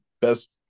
best